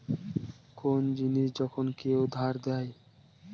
কোন জিনিস যখন কেউ ধার দেয়